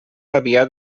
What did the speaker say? aviat